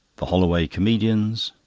the holloway comedians.